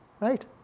right